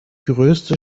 größte